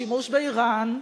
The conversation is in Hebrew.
שימוש באירן,